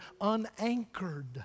unanchored